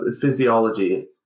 physiology